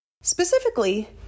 specifically